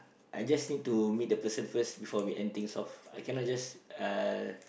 I just need to meet the person first before we end things off I cannot just